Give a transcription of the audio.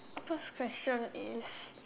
first question is